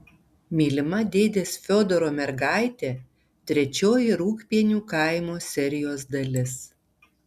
mylima dėdės fiodoro mergaitė trečioji rūgpienių kaimo serijos dalis